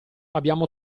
abbiamo